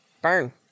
Burn